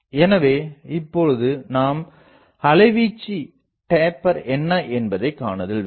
எனவே இப்போது நாம் அலைவீச்சு டேப்பர் என்ன என்பதைக்காணுதல் வேண்டும்